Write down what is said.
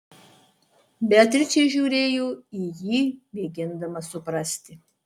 beatričė žiūrėjo į jį mėgindama suprasti